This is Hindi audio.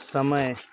समय